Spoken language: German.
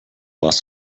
warst